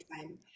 time